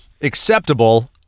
acceptable